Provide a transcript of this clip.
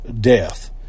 death